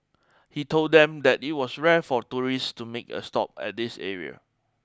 he told them that it was rare for tourists to make a stop at this area